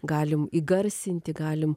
galim įgarsinti galim